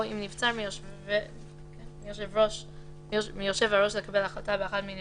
או אם נבצר מיושב הראש לקבל החלטה באחד מן